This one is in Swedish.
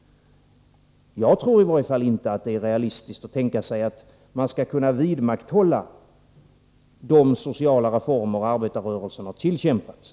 Jag tror i varje fall inte att det är realistiskt att tänka sig att kunna vidmakthålla de sociala reformer som arbetarrörelsen har tillkämpat sig.